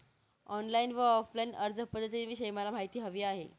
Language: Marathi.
ऑनलाईन आणि ऑफलाईन अर्जपध्दतींविषयी मला माहिती हवी आहे